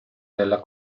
della